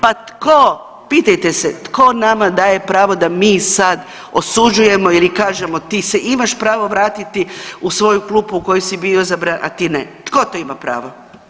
Pa tko pitajte se tko nama daje pravo da mi sad osuđujemo ili kažemo ti se imaš pravo vratiti u svoju klupu u kojoj si bio, a ti ne, tko to ima pravo?